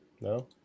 No